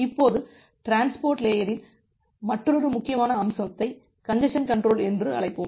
இப்போது டிரான்ஸ்போர்ட் லேயரின் மற்றொரு முக்கியமான அம்சத்தை கஞ்ஜசன் கன்ட்ரோல் என்று அழைப்போம்